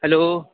hello